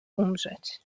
umrzeć